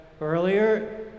earlier